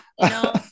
No